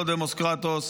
מה לא הדמוס-קרטוס,